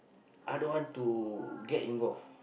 i don't want to get involved